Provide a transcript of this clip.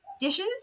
dishes